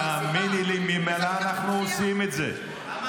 תאמיני לי -- זו הסיבה